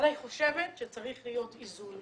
אני חושבת שצריך להיות איזון